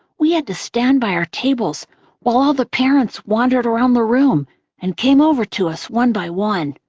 we had to stand by our tables while all the parents wandered around the room and came over to us one by one.